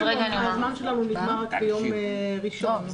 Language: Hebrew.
הזמן נגמר רק ביום ראשון.